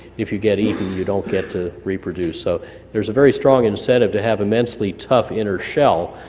if you get eaten you don't get to reproduce, so there's a very strong incentive to have immensely tough inner shell,